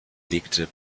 legte